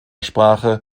sprache